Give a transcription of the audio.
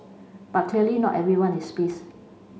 but clearly not everyone is pleased